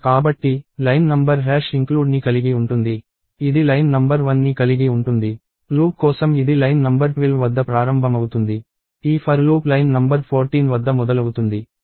కాబట్టి line number include ని కలిగి ఉంటుంది ఇది లైన్ నంబర్ వన్ ని కలిగి ఉంటుంది లూప్ కోసం ఇది లైన్ నంబర్ 12 వద్ద ప్రారంభమవుతుంది ఈ ఫర్ లూప్ లైన్ నంబర్ 14 వద్ద మొదలవుతుంది